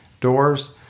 doors